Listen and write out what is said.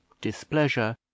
displeasure